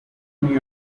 new